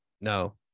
No